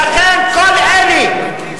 לכן חשוב שתדעו,